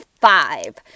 five